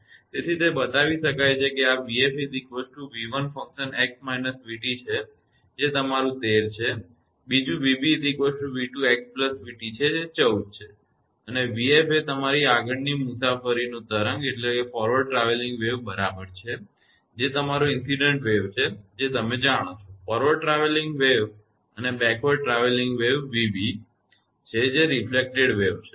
તેથી તે બતાવી શકાય છે કે આ 𝑣𝑓 𝑣1𝑥−𝑣𝑡 છે જે તમારુ 13 છે બીજું 𝑣𝑏 𝑣2𝑥𝑣𝑡 છે જે 14 છે અને 𝑣𝑓 એ તમારી આગળની મુસાફરીની તરંગ બરાબર છે જે તમારો ઇન્સીડન્ટ વેવ છે તમે જાણો છો તે ફોરવર્ડ ટ્રાવેલીંગ વેવ અને 𝑣𝑏 એ બેકવર્ડ ટ્રાવેલીંગ વેવ છે કે જે રિફલેક્ટેડ વેવ છે